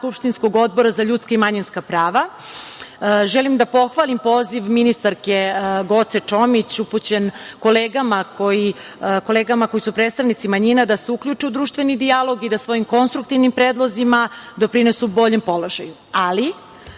skupštinskog Odbora za ljudska i manjinska prava. Želim da pohvalim poziv ministarke Goce Čomić upućen kolegama koji su predstavnici manjina, da se uključe u društveni dijalog i da svojim konstruktivnim predlozima doprinesu boljem položaju. Ali,